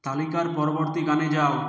তালিকার পরবর্তী গানে যাও